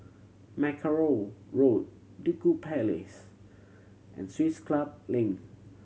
Mackerrow Road Duku Place and Swiss Club Link